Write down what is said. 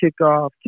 kickoff